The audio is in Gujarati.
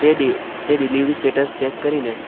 તે ડીલિવરી સ્ટેટસ ચેક કરીને